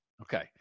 Okay